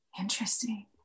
interesting